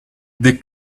the